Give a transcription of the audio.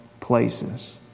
places